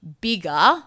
bigger